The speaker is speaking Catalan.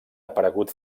aparegut